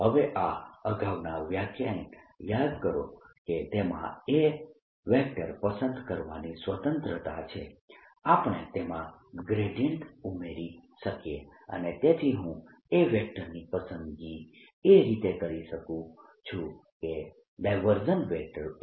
હવે મારા અગાઉના વ્યાખ્યાન યાદ કરો કે તેમાં A પસંદ કરવાની સ્વતંત્રતા છે આપણે તેમાં ગ્રેડિયન્ટ ઉમેરી શકીએ અને તેથી હું A ની પસંદગી એ રીતે કરી શકું છું કે